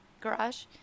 garage